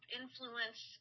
influence